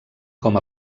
com